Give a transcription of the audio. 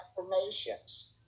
Affirmations